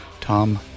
Tom